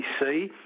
see